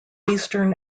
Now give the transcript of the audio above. eastern